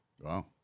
Wow